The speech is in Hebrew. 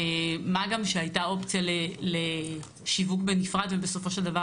מה גם שהייתה אופציה לשיווק בנפרד ובסופו של דבר